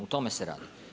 O tome se radi.